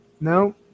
no